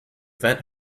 event